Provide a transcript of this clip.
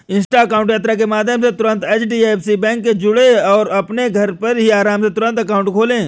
Insta account यात्रा के माध्यम से तुरंत एच.डी.एफ.सी बैंक से जुड़ें और अपने घर पर ही आराम से तुरंत अकाउंट खोले